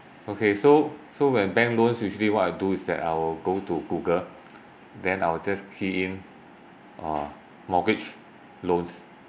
okay so so when bank loans usually what I do is that I will go to google then I will just key in uh mortgage loans